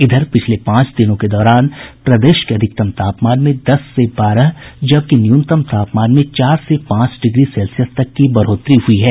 इधर पिछले पांच दिनों के दौरान प्रदेश के अधिकतम तापमान में दस से बारह जबकि न्यूनतम तापमान में चार से पांच डिग्री सेल्सियस तक की बढ़ोतरी हुयी है